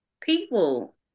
People